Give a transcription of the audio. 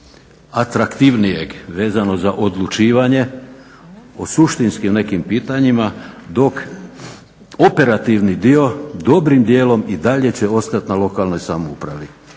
atraktivnijeg vezano za odlučivanje o suštinskim nekim pitanjima dok operativni dio dobrim dijelom i dalje će ostat na lokalnoj samoupravi.